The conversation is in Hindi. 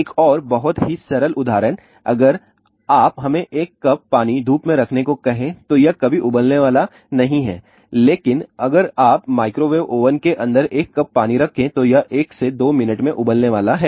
एक और बहुत ही सरल उदाहरण अगर आप हमें एक कप पानी धूप में रखने को कहें तो यह कभी उबलने वाला नहीं है लेकिन अगर आप माइक्रोवेव ओवन के अंदर एक कप पानी रखेंगे तो यह 1 से 2 मिनट में उबलने वाला है